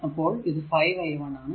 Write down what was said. അപ്പോൾ ഇത് 5 i1 ആണ്